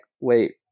wait